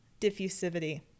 diffusivity